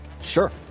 Sure